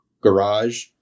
garage